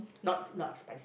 not not spice